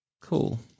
Cool